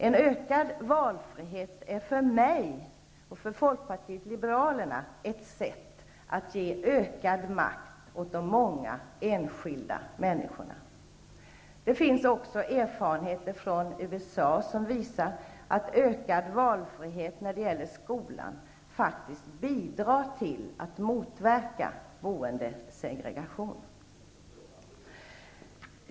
En ökad valfrihet är för mig och för Folkpartiet liberalerna ett sätt att ge ökad makt åt de många enskilda människorna. Det finns också erfarenheter från USA som visar att ökad valfrihet när det gäller skolan faktiskt bidrar till att motverka boendesegregation.